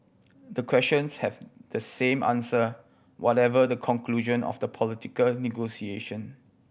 the questions have the same answer whatever the conclusion of the political negotiation